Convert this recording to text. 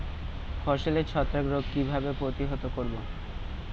ফসলের ছত্রাক রোগ কিভাবে প্রতিহত করব?